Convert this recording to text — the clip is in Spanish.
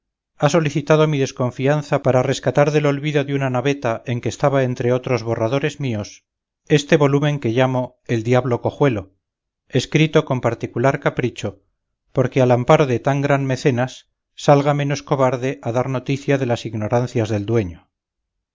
ha solicitado mi desconfianza para rescatar del olvido de una naveta en que estaba entre otros borradores míos este volumen que llamo el diablo cojuelo escrito con particular capricho porque al amparo de tan gran mecenas salga menos cobarde a dar noticia de las ignorancias del dueño